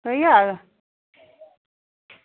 थ्होई जाह्ग